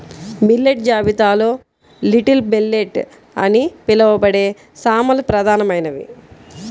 millet జాబితాలో little millet అని పిలవబడే సామలు ప్రధానమైనది